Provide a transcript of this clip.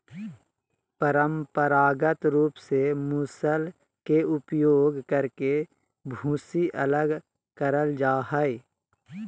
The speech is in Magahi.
परंपरागत रूप से मूसल के उपयोग करके भूसी अलग करल जा हई,